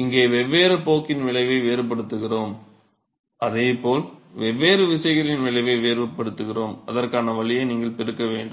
இங்கே வெவ்வேறு போக்கின் விளைவை வேறுபடுத்துகிறோம் அதே போல் வெவ்வேறு விசைகளின் விளைவை வேறுபடுத்துகிறோம் அதற்கான வழியை நீங்கள் பெருக்க வேண்டும்